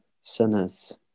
sinners